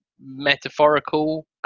metaphorical